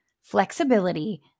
flexibility